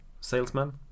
salesman